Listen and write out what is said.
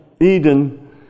Eden